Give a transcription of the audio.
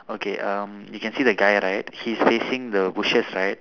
okay um you can see the guy right he's facing the bushes right